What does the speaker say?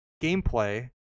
gameplay